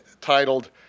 titled